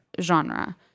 genre